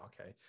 okay